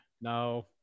No